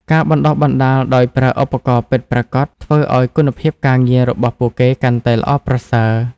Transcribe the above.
ការបណ្តុះបណ្តាលដោយប្រើឧបករណ៍ពិតប្រាកដធ្វើឱ្យគុណភាពការងាររបស់ពួកគេកាន់តែល្អប្រសើរ។